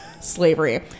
slavery